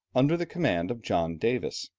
under the command of john davis.